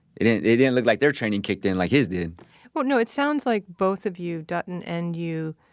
it didn't, it didn't look like their training kicked in like his did well, no, it sounds like both of you, dutton and you,